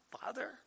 father